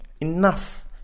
enough